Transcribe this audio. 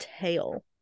tail